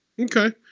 Okay